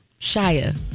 Shia